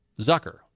Zucker